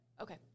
Okay